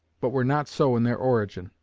but were not so in their origin.